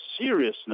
seriousness